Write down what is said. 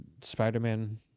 Spider-Man